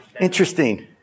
Interesting